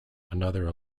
another